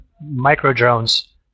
micro-drones